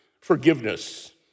Forgiveness